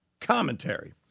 commentary